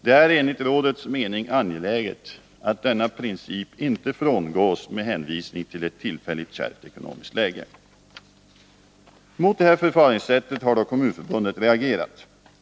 Det är enligt rådets mening angeläget att denna princip inte frångås med hänvisning till ett tillfälligt kärvt ekonomiskt läge.” Mot detta förfaringssätt har Kommunförbundet reagerat.